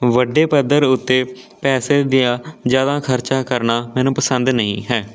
ਵੱਡੇ ਪੱਧਰ ਉੱਤੇ ਪੈਸੇ ਦਾ ਜ਼ਿਆਦਾ ਖਰਚਾ ਕਰਨਾ ਮੈਨੂੰ ਪਸੰਦ ਨਹੀਂ ਹੈ